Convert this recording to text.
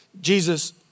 Jesus